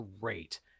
great